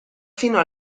fino